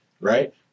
right